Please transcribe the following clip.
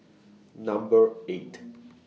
Number eight